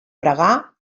pregar